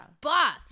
boss